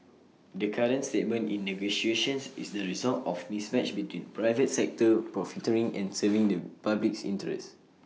the current stalemate in negotiations is the result of mismatch between private sector profiteering and serving the public's interests